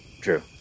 True